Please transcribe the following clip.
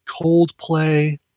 Coldplay